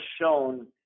shown